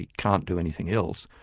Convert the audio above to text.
can't do anything else,